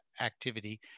activity